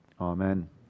Amen